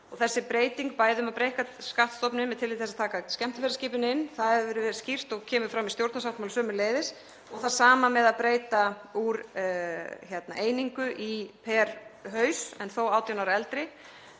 Þessi breyting, að breikka skattstofninn með tilliti til þess að taka skemmtiferðaskipin inn, það hefur verið skýrt og kemur fram í stjórnarsáttmála sömuleiðis, og það sama með að breyta úr einingu og á hvern haus en þó 18 ára og eldri.